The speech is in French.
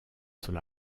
sont